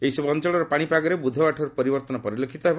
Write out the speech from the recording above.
ଏହି ସବୁ ଅଞ୍ଚଳର ପାଣିପାଗରେ ବୁଧବାରଠାରୁ ପରିବର୍ତ୍ତନ ପରିଲକ୍ଷିତ ହେବ